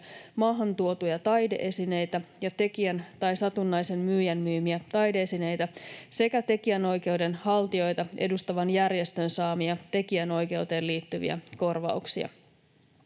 maahantuotuja taide-esineitä ja tekijän tai satunnaisen myyjän myymiä taide-esineitä sekä tekijänoikeudenhaltijoita edustavan järjestön saamia tekijänoikeuteen liittyviä korvauksia.